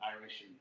Irish